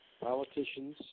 politicians